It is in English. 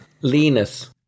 Linus